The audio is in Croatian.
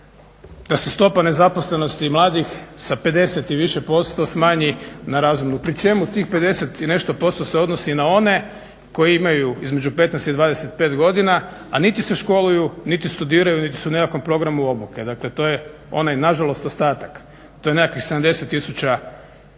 da se stopa nezaposlenosti mladih sa 50 i više posto smanji na razumnu pri čemu tih 50 i nešto posto se odnosi na one koji imaju između 15 i 25 godina, a niti se školuju, niti studiraju, niti su u nekakvom programu obuke. Dakle, to je onaj na žalost ostatak. To je nekakvih 70000